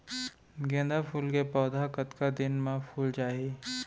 गेंदा फूल के पौधा कतका दिन मा फुल जाही?